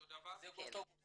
אותו גוף.